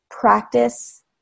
practice